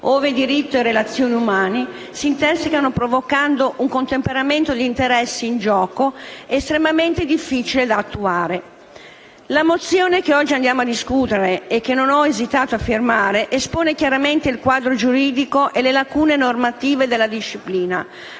ove diritto e relazioni umane si intersecano provocando un contemperamento di interessi in gioco estremamente difficile da attuare. La mozione che oggi andiamo a discutere, e che non ho esitato a firmare, espone chiaramente il quadro giuridico e le lacune normative della disciplina,